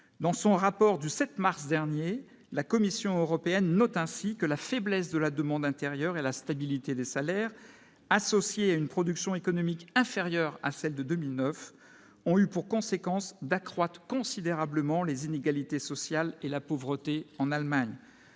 dans son rapport du 7 mars dernier la Commission européenne, note ainsi que la faiblesse de la demande intérieure et la stabilité des salaires, associée à une production économique inférieure à celle de 2009 ont eu pour conséquence d'accroître considérablement les inégalités sociales et la pauvreté en Allemagne